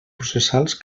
processals